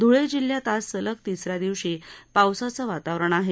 ध्वळे जिल्ह्यात आज सलग तिसऱ्या दिवशी पावसाचं वातावरण आहे